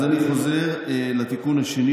אז אני חוזר לתיקון השני,